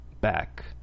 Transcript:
back